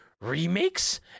remakes